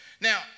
Now